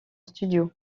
studio